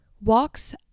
Walks